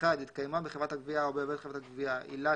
(1)התקיימה בחברת הגבייה או בעובד חברת הגבייה עילה